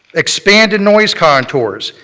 expanded noise contours.